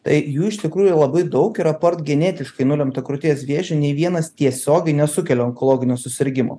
tai jų iš tikrųjų yra labai daug yra port genetiškai nulemta krūties vėžio nei vienas tiesiogiai nesukelia onkologinio susirgimo